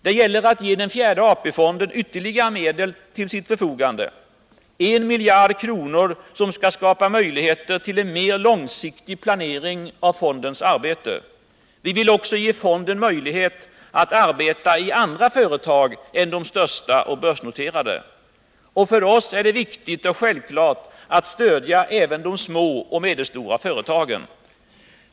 Det gäller att ge den fjärde AP-fonden ytterligare medel till förfogande — 1 miljard kronor som skall skapa möjligheter till en mer långsiktig planering iv fondens arbete. Vi vill också ge fonden möjlighet att arbeta i andra företag än de största och börsnoterade. För oss är det viktigt och självklart att stödja även de små och medelstora företagen.